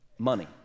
money